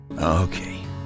Okay